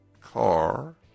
car